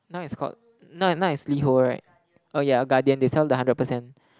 now it's called now now is LiHo right oh yeah Guardian they sell the hundred percent